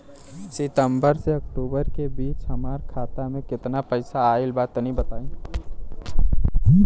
सितंबर से अक्टूबर के बीच हमार खाता मे केतना पईसा आइल बा तनि बताईं?